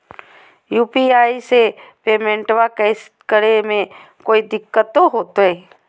UPI से पेमेंटबा करे मे कोइ दिकतो होते?